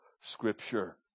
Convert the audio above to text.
scripture